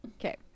Okay